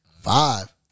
Five